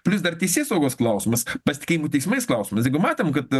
plius dar teisėsaugos klausimas pasitikėjimui teismais klausimas jeigu matėm kad